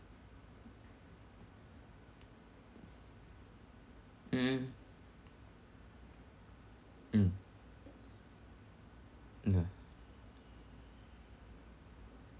mm mm mm mm yeah